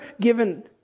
given